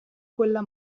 quella